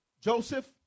Joseph